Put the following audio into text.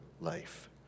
life